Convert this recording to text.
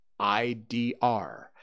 IDR